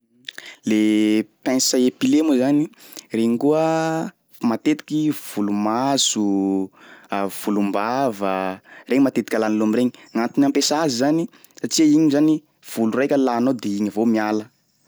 Le pince épilé moa zany, regny koa matetiky volo-maso, volom-bavaa regny matetiky alàn'olo am'regny gn'antony ampiasà azy zany satsia igny zany volo raiky alànao de igny avao miala.